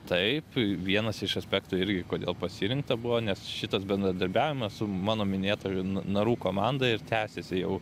taip vienas iš aspektų irgi kodėl pasirinkta buvo nes šitas bendradarbiavimas su mano minėta narų komanda ir tęsiasi jau